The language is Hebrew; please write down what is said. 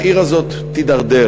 העיר הזאת תידרדר.